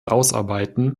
ausarbeiten